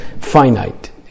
finite